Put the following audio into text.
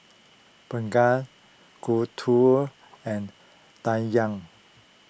Bhagat Gouthu and Dhyan